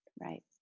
right